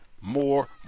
more